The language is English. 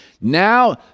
Now